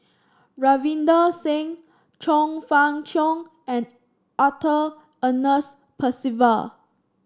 Ravinder Singh Chong Fah Cheong and Arthur Ernest Percival